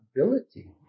ability